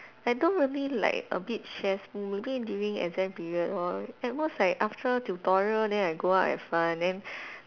like don't really like a bit stressful maybe during exam period lor at most like after tutorial then I go out have fun then